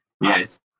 Yes